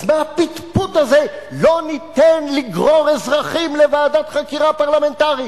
אז מה הפטפוט הזה: לא ניתן לגרור אזרחים לוועדת חקירה פרלמנטרית?